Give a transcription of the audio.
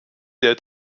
der